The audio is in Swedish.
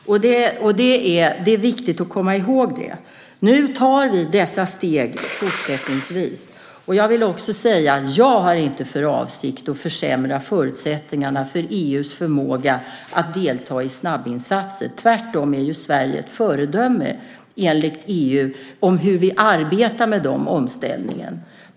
Det är viktigt att komma ihåg det. Nu tar vi dessa steg fortsättningsvis. Jag vill också säga att jag inte har för avsikt att försämra förutsättningarna för EU:s förmåga att delta i snabbinsatser. Tvärtom är Sverige ett föredöme, enligt EU, i hur vi arbetar med omställningen.